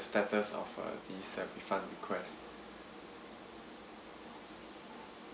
status of uh this uh refund request